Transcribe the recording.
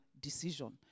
decision